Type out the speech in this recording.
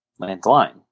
Landline